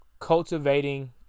cultivating